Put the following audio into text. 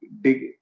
dig